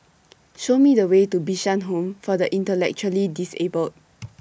Show Me The Way to Bishan Home For The Intellectually Disabled